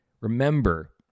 remember